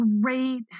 great